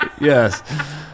Yes